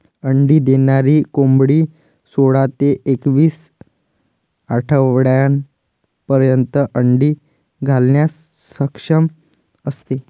अंडी देणारी कोंबडी सोळा ते एकवीस आठवड्यांपर्यंत अंडी घालण्यास सक्षम असते